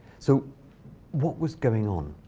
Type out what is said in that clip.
so what was going on?